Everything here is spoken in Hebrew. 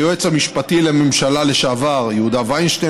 היועץ המשפטי לממשלה לשעבר יהודה וינשטיין